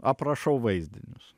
aprašau vaizdinius